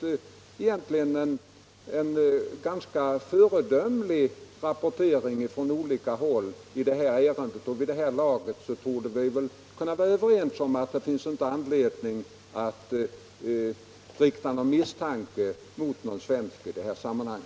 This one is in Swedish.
Jag tycker att bevakningen från olika håll i detta avseende varit föredömlig, och vid det här laget torde vi väl kunna vara överens om att det inte finns anledning att rikta någon misstanke mot någon svensk medborgare i detta sammanhang.